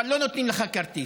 אבל לא נותנים לך כרטיס.